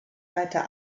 weiter